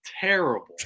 terrible